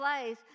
place